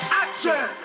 action